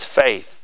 faith